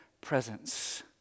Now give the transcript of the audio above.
presence